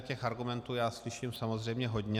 Těchhle argumentů slyším samozřejmě hodně.